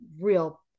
real